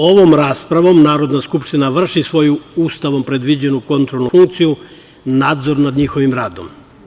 Ovom raspravom Narodna skupština vrši svoju Ustavom predviđenu kontrolnu funkciju, nadzor nad njihovim radom.